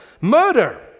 murder